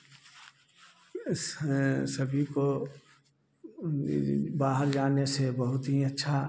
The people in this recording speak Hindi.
इससे सभी को मेरी बाहर जाने से बहुत ही अच्छा